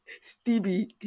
Stevie